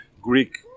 greek